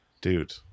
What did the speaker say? Dude